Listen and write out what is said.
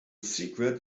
secret